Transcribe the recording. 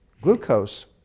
Glucose